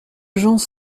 gens